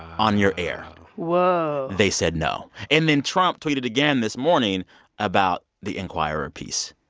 on your air whoa whoa they said no. and then trump tweeted again this morning about the enquirer piece.